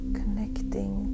connecting